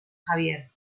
javier